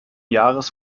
jahres